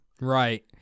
Right